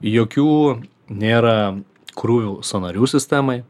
jokių nėra krūvių sąnarių sistemai